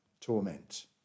torment